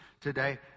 today